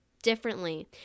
differently